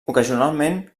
ocasionalment